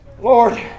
Lord